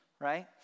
right